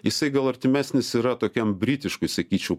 jisai gal artimesnis yra tokiam britiškui sakyčiau